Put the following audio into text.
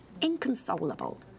inconsolable